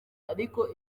ariko